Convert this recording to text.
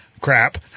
crap